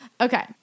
Okay